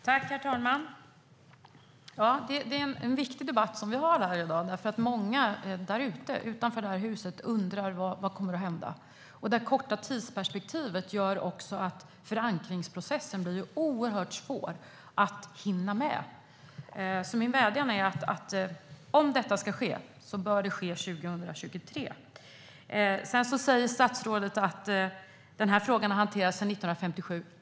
Herr talman! Det är en viktig debatt vi har här i dag. Många utanför det här huset undrar vad som kommer att hända. Det korta tidsperspektivet gör också att förankringsprocessen blir oerhört svår att hinna med. Min vädjan är att om detta ska ske bör det ske 2023. Statsrådet säger att frågan har hanterats sedan 1957.